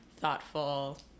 thoughtful